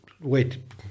wait